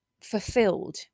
fulfilled